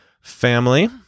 family